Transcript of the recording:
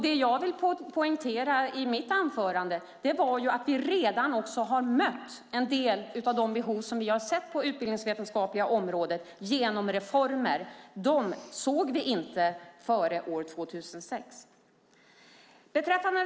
Det jag ville poängtera i mitt anförande var att vi redan har mött en del av de behov som vi har sett på det utbildningsvetenskapliga området genom reformer. Dem såg vi inte före år 2006.